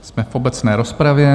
Jsme v obecné rozpravě.